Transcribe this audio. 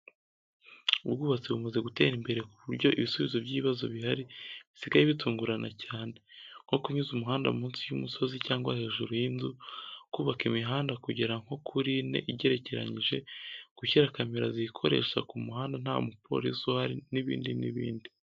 Ubwubatsi bumaze gutera imbere ku buryo ibisubizo by'ibibazo bihari bisigaye bitungurana cyane nko kunyuza umuhanda munsi y'umusozi cyangwa hejuru y' inzu, kubaka imihanda kugera nko kuri ine igerekeranyije, gushyira kamera zikoresha ku muhanda nta mupolisi uhari n' ibindi n' ibindi.